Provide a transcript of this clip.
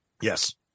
Yes